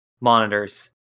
monitors